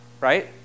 Right